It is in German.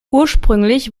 ursprünglich